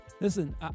Listen